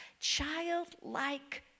childlike